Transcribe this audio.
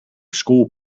school